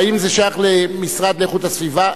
האם זה שייך למשרד לאיכות הסביבה?